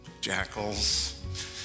jackals